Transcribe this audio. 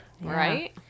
Right